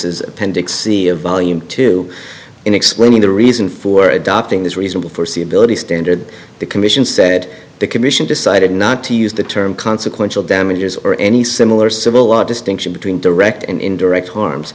appendix c of volume two in explaining the reason for adopting this reasonable foreseeability standard the commission said the commission decided not to use the term consequential damages or any similar civil law distinction between direct and indirect harms